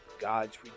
God's